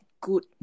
good